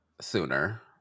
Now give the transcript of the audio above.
sooner